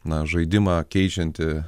na žaidimą keičianti